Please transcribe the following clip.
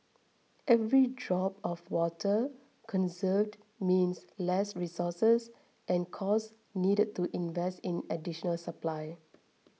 every drop of water conserved means less resources and costs needed to invest in additional supply